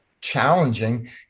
challenging